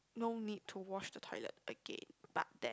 no need to wash the toilet again but that